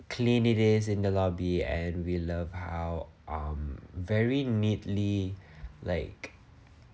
clean it is in the lobby and we love how um very neatly like